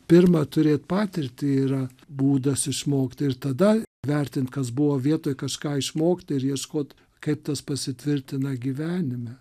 pirma turėt patirtį yra būdas išmokti ir tada vertint kas buvo vietoj kažką išmokti ir ieškot kaip tas pasitvirtina gyvenime